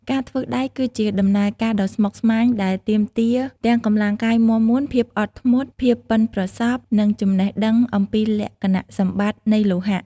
ការធ្វើដែកគឺជាដំណើរការដ៏ស្មុគស្មាញដែលទាមទារទាំងកម្លាំងកាយមាំមួន ភាពអត់ធ្មត់ ភាពប៉ិនប្រសប់ និងចំណេះដឹងអំពីលក្ខណៈសម្បត្តិនៃលោហៈ។